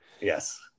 Yes